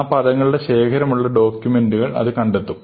ആ പദങ്ങളുടെ ശേഖരമുള്ള ഡോക്യൂമെന്റുകൾ അത് കണ്ടെത്തും